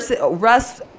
Russ